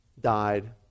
died